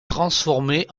transformée